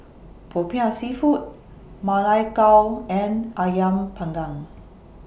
Popiah Seafood Ma Lai Gao and Ayam Panggang